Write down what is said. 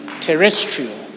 terrestrial